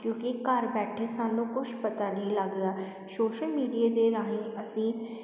ਕਿਉਂਕਿ ਘਰ ਬੈਠੇ ਸਾਨੂੰ ਕੁਛ ਪਤਾ ਨਹੀਂ ਲੱਗਦਾ ਸ਼ੋਸ਼ਲ ਮੀਡੀਏ ਦੇ ਰਾਹੀਂ ਅਸੀਂ